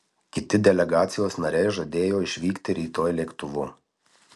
kiti delegacijos nariai žadėjo išvykti rytoj lėktuvu